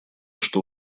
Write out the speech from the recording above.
что